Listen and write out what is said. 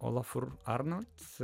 olafu anot